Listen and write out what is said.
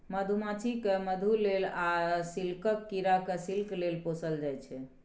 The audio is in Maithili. मधुमाछी केँ मधु लेल आ सिल्कक कीरा केँ सिल्क लेल पोसल जाइ छै